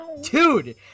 dude